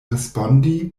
respondi